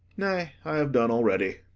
nay, i have done already.